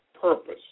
purpose